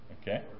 Okay